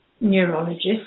neurologist